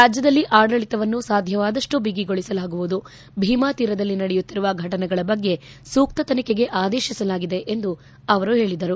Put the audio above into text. ರಾಜ್ಞದಲ್ಲಿ ಆಡಳತವನ್ನು ಸಾಧ್ಯವಾದಷ್ಟೂ ಬಿಗಿಗೊಳಿಸಲಾಗುವುದು ಭೀಮಾ ತೀರದಲ್ಲಿ ನಡೆಯುತ್ತಿರುವ ಫಟನೆಗಳ ಬಗ್ಗೆ ಸೂಕ್ತ ತನಿಖೆಗೆ ಆದೇಶಿಸಲಾಗಿದೆ ಎಂದು ಅವರು ಹೇಳಿದರು